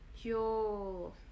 Yo